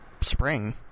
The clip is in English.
spring